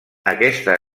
aquesta